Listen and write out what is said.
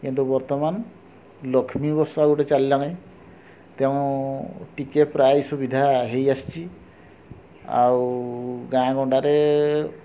କିନ୍ତୁ ବର୍ତ୍ତମାନ ଲକ୍ଷ୍ମୀ ବସ୍ ଆଉ ଗୋଟେ ଚାଲିଲାଣି ତେଣୁ ଟିକେ ପ୍ରାୟ ସୁବିଧା ହେଇ ଆସିଛି ଆଉ ଗାଁ ଗଣ୍ଡାରେ